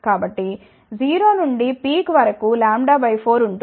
కాబట్టి 0 నుండి పీక్ వరకు λ 4 ఉంటుంది